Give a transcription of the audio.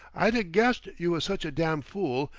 i'd a-guessed you was such a damn' fool,